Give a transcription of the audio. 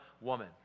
woman